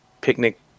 picnic